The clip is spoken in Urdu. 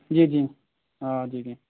جی جی ہاں جی جی